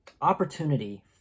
opportunity